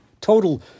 Total